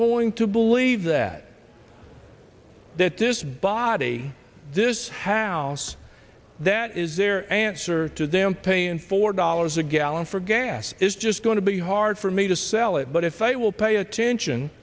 going to believe that that this body this how that is their answer to them paying four dollars a gallon for gas is just going to be hard for me to sell it but if they will pay attention